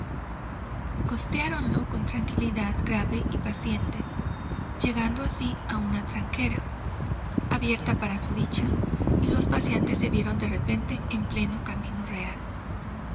pareja costeáronlo con tranquilidad grave y paciente llegando así a una tranquera abierta para su dicha y los paseantes se vieron de repente en pleno camino real